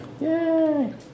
Yay